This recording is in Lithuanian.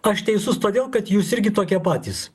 aš teisus todėl kad jūs irgi tokie patys